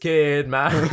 Kidman